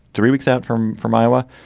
three weeks out from from iowa.